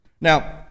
Now